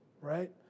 right